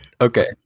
okay